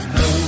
no